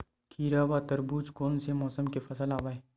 खीरा व तरबुज कोन से मौसम के फसल आवेय?